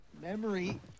Memory